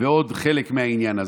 ועוד חלק מהעניין הזה.